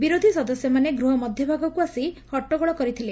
ବିରୋଧୀ ସଦସ୍ୟମାନେ ଗୃହ ମଧ୍ଧଭାଗକୁ ଆସି ହଟଟଗୋଳ କରିଥିଲେ